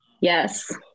Yes